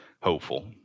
hopeful